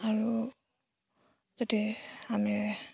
আৰু যদি আমি